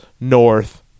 north